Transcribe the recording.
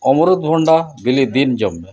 ᱟᱢᱨᱩᱫᱽ ᱵᱷᱩᱱᱰᱟ ᱵᱤᱞᱤᱜ ᱫᱤᱱ ᱡᱚᱢ ᱢᱮ